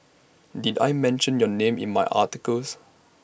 did I mention your name in my articles